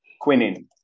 Quinine